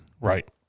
Right